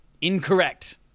Incorrect